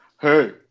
Hey